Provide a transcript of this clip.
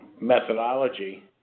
methodology